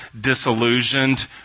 disillusioned